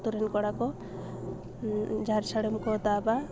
ᱟᱛᱳ ᱨᱮᱱ ᱠᱚᱲᱟᱠᱚ ᱡᱟᱦᱮᱨ ᱥᱟᱹᱲᱤᱢᱠᱚ ᱫᱟᱵᱟ